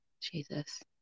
Jesus